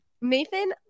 Nathan